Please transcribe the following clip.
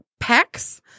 pecs